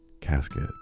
casket